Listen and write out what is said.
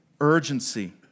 urgency